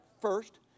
First